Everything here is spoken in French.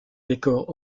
décors